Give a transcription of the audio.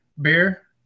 Beer